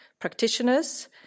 practitioners